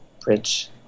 bridge